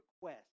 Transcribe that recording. request